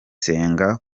nsenga